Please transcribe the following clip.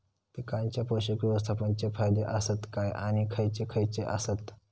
पीकांच्या पोषक व्यवस्थापन चे फायदे आसत काय आणि खैयचे खैयचे आसत?